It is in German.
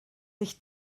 ich